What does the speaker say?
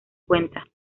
cuenta